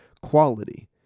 quality